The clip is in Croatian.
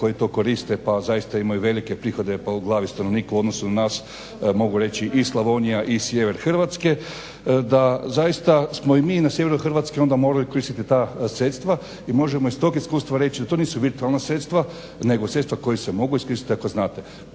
koji to koriste pa zaista imaju velike prihode po glavi stanovnika u odnosu na nas mogu reći i Slavonija i sjever Hrvatske, da smo i mi na sjeveru Hrvatske morali koristiti ta sredstva. I možemo iz tog iskustva reći da to nisu virtualna sredstva nego sredstva koja se mogu iskoristiti ako znate.